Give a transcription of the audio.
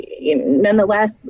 Nonetheless